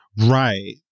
Right